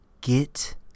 get